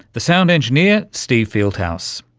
the sound engineer, steve fieldhouse.